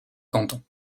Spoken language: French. canton